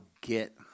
get